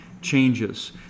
changes